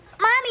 Mommy